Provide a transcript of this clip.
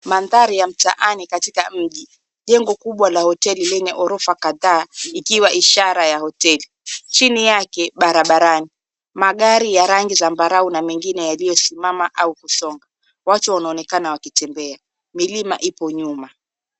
Mandhari ya mtaani katika mji. Jengo kubwa la hoteli lenye ghorofa kadhaa ikiwa ishara ya hoteli. Chini yake barabarani, magari ya rangi zambarau na mengine yaliyo simama au kusonga, watu wanaonekana wakitembea. Milima ipo nyuma.